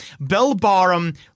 Belbarum